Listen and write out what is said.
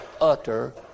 utter